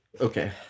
Okay